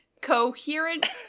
coherent